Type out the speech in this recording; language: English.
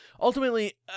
Ultimately